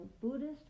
Buddhist